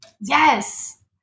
yes